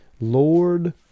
Lord